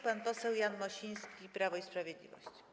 Pan poseł Jan Mosiński, Prawo i Sprawiedliwość.